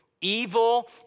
evil